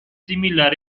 similar